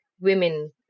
women